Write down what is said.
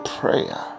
prayer